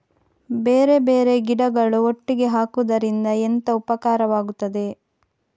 ಬೇರೆ ಬೇರೆ ಗಿಡಗಳು ಒಟ್ಟಿಗೆ ಹಾಕುದರಿಂದ ಎಂತ ಉಪಕಾರವಾಗುತ್ತದೆ?